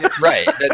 right